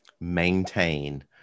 maintain